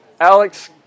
Alex